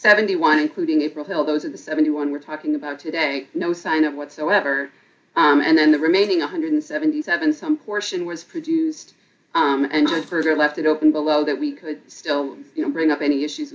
seventy one including april held those of the seventy one we're talking about today no sign of whatsoever and then the remaining one hundred and seventy seven some portion was produced and i further left it open below that we could still you know bring up any issues